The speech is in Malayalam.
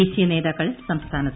ദേശീയ നേതാക്കൾ സംസ്ഥാനത്ത്